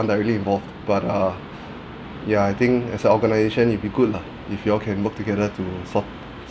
directly involved but uh ya I think as an organisation it'll good lah if you all can work together to solve